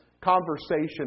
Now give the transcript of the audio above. conversation